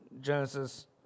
Genesis